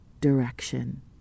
direction